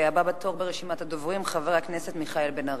הבא בתור ברשימת הדוברים, חבר הכנסת מיכאל בן-ארי.